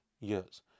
years